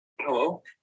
Hello